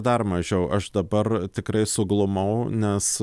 dar mažiau aš dabar tikrai suglumau nes